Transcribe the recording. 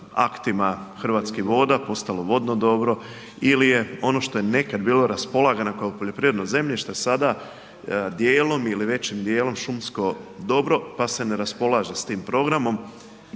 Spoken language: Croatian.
Hrvatskih voda postalo vodno dobro ili je ono što je nekad bilo raspolagano kao poljoprivredno zemljište sada dijelom ili većim dijelom šumsko dobro pa se ne raspolaže s tim programom.